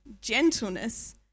gentleness